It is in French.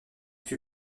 fut